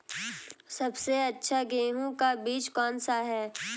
सबसे अच्छा गेहूँ का बीज कौन सा है?